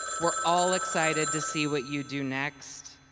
we're all excited to see what you do next.